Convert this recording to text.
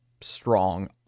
strong